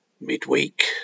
Midweek